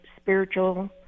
spiritual